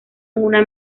una